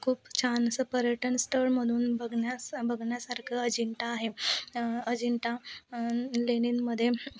खूप छान असं पर्यटन स्थळ म्हणून बघण्यास बघण्यासारखं अजिंठा आहे अजिंठा लेण्यांमध्ये